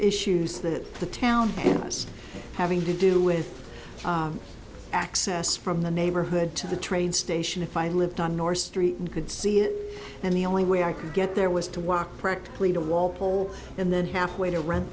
issues that the town was having to do with access from the neighborhood to the train station if i lived on nor street and could see it then the only way i could get there was to walk practically to walpole and then half way to re